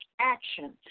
action